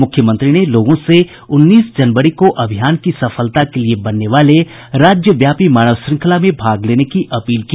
मुख्यमंत्री ने लोगों से उन्नीस जनवरी को अभियान की सफलता के लिए बनने वाले राज्यव्यापी मानव श्रृंखला में भाग लेने की अपील की